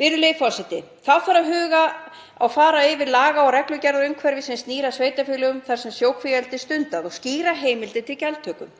Virðulegi forseti. Þá þarf að huga að fara yfir laga- og reglugerðarumhverfi sem snýr að sveitarfélögum þar sem sjókvíaeldi er stundað og skýra heimildir til gjaldtöku